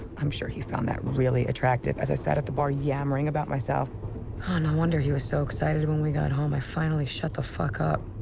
i'm sure he found that really attractive as i sat at the bar yammering about myself. oh, ah no wonder he was so excited when we got home. i finally shut the fuck up.